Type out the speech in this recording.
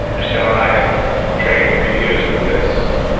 michelle and i had trained for years for this.